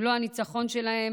אם לא הניצחון שלהם,